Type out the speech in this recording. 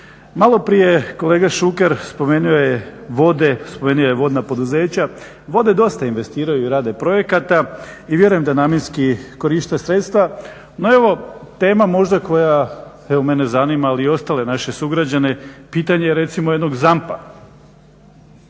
Maloprije kolega Šuker spomenuo je vode, spomenuo je vodna poduzeća. Vode dosta investiraju i rade projekata i vjerujem da namjenski koriste sredstva, no evo tema možda koja evo mene zanima ali i ostale naše sugrađane, pitanje jednog ZAMP-a.